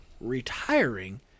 retiring